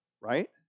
Right